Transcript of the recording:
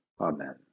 amen